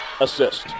assist